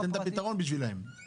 תן את הפתרון לפרוטקשן.